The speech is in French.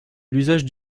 l’usage